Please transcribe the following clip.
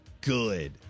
good